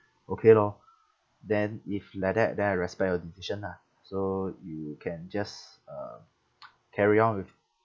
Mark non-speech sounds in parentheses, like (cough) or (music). okay lor then if like that then I respect your decision ah so you can just uh (noise) carry on with